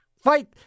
Fight